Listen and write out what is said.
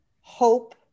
hope